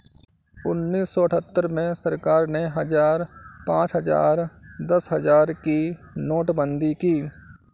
उन्नीस सौ अठहत्तर में सरकार ने हजार, पांच हजार, दस हजार की नोटबंदी की